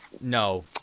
No